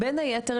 בין היתר,